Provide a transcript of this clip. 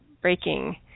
breaking